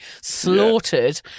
slaughtered